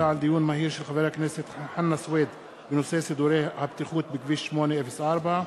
דיון מהיר בנושא: סידורי הבטיחות בכביש 804,